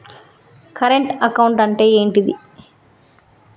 Current account అంటే ఏంటిది?